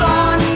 on